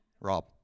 Rob